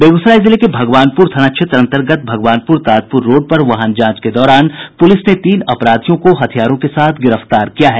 बेगूसराय जिले के भगवानपूर थाना क्षेत्र अंतर्गत भगवानपूर ताजपूर रोड पर वाहन जांच के दौरान पुलिस ने तीन अपराधियों को हथियारों के साथ गिरफ्तार किया है